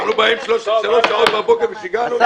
אנחנו באים שלוש שעות בבוקר ושיגענו אותך?